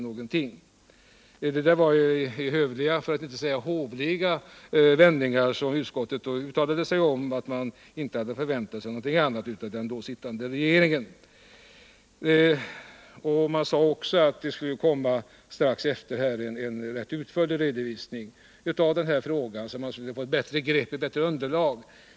Det var i hövliga, för att inte säga hovliga, vändningar utskottet uttalade att det inte förväntat sig några beslut av den då sittande regeringen. Utskottet framhöll också att en rätt utförlig redovisning av frågan strax skulle komma så att man skulle få ett bättre underlag.